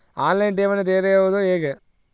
On line ಠೇವಣಿ ತೆರೆಯುವುದು ಹೇಗೆ?